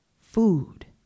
food